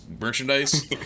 merchandise